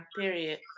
period